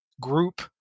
group